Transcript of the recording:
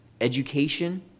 education